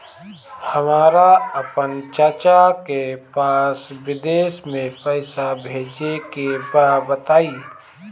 हमरा आपन चाचा के पास विदेश में पइसा भेजे के बा बताई